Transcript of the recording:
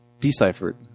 deciphered